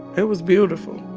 it was beautiful